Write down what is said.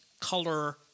color